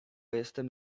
jestem